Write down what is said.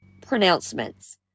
pronouncements